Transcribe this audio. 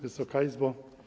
Wysoka Izbo!